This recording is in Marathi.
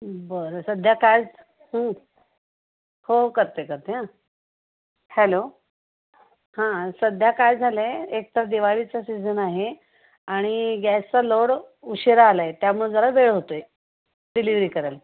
बरं सध्या काय हो करते करते हां हॅलो हां सध्या काय झालं आहे एक तर दिवाळीचा सीझन आहे आणि गॅसचा लोड उशिरा आला आहे त्यामुळं जरा वेळ होतो आहे डिलिव्हरी करायला